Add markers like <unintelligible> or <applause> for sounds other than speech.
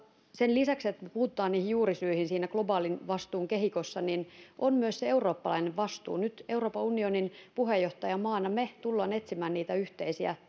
sen lisäksi että me puutumme niihin juurisyihin siinä globaalin vastuun kehikossa myös se eurooppalainen vastuu nyt euroopan unionin puheenjohtajamaana me tulemme etsimään niitä yhteisiä <unintelligible>